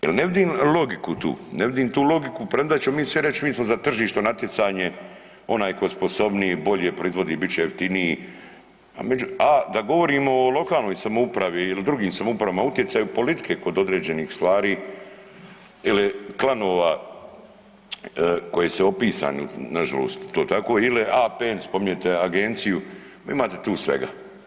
Jer ne vidim logiku tu, ne vidim tu logiku premda ćemo mi svi reći mi smo za tržišno natjecanje onaj tko je sposobniji, bolje proizvodi, bit će jeftiniji, a da govorimo o lokalnoj samoupravi ili drugim samoupravama o utjecaju politike kod određenih stvari ili klanova koji su opisani ili APN spominjete agenciju, imate tu svega.